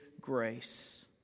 grace